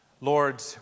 Lord